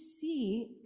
see